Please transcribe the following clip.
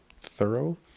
thorough